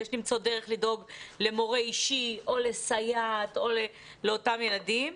יש למצוא דרך לדאוג למורה אישי או לסייעת לאותם ילדים.